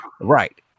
right